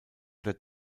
der